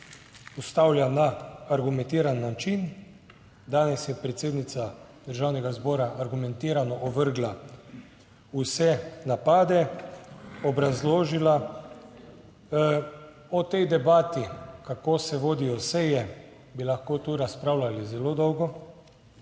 ustavlja na argumentiran način. Danes je predsednica Državnega zbora argumentirano ovrgla vse napade, obrazložila. O tej debati, kako se vodijo seje, bi lahko tu razpravljali zelo dolgo,